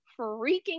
freaking